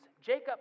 Jacob